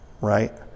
right